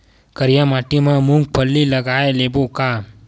करिया माटी मा मूंग फल्ली लगय लेबों का?